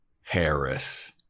Harris